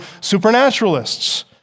supernaturalists